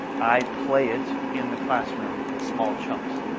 i play it in the classroom in small chunks.